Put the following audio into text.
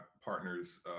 partner's